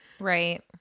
Right